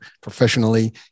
professionally